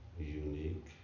unique